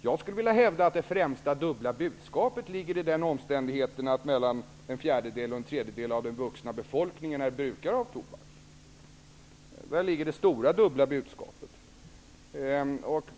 Jag skulle vilja hävda att det främsta dubbla budskapet ligger i den omständigheten att mellan en fjärdedel och en tredjedel av den vuxna befolkningen är brukare av tobak.